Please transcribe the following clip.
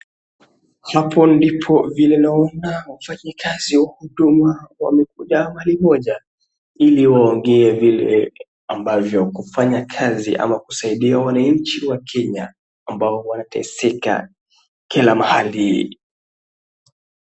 Hapo ndipo vile naona wafanyikazi wa huduma wamekuja mahali moja, ili waongee vile ambavyo kufanya kazi ama kusaidia wananchi wa Kenya ambao wanateseka kila mahali.